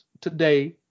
today